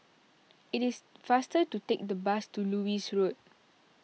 it is faster to take the bus to Lewis Road